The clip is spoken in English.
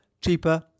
cheaper